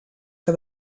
que